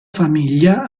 famiglia